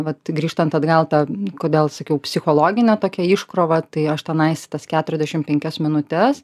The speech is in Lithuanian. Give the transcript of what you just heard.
vat grįžtant atgal tą kodėl sakiau psichologinė tokia iškrova tai aš tenais tas keturiasdešim penkias minutes